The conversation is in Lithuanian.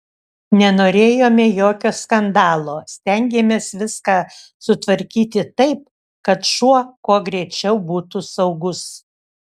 nenorėjome jokio skandalo stengėmės viską sutvarkyti taip kad šuo kuo greičiau būtų saugus